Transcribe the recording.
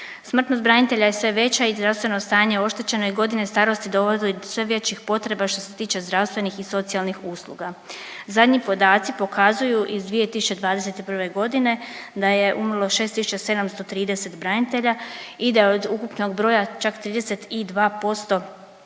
Smrtnog branitelja je sve veća i zdravstveno stanje je oštećeno i godine starosti dovede do sve većih potreba što se tiče zdravstvenih i socijalnih usluga. Zadnji podaci pokazuju iz 2021. g. da je umrlo 6730 branitelja i da je od ukupnog broja, čak 32%